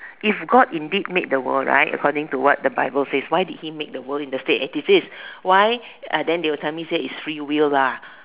if God indeed made the world right according to what the bible says why did he made the world in the state as it is why uh then they will tell me say is free will lah